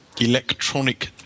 electronic